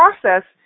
process